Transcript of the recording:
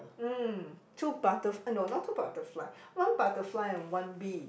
mm two butter~ uh no not two butterfly one butterfly and one bee